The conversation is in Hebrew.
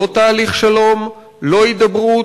לא תהליך שלום, לא הידברות.